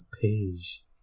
page